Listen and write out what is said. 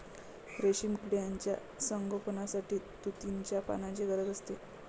रेशीम किड्यांच्या संगोपनासाठी तुतीच्या पानांची गरज असते